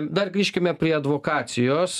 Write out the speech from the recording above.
dar grįžkime prie advokacijos